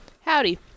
Howdy